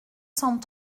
cent